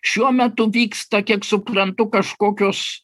šiuo metu vyksta kiek suprantu kažkokios